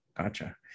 Gotcha